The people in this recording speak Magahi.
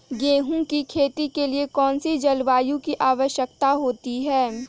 गेंहू की खेती के लिए कौन सी जलवायु की आवश्यकता होती है?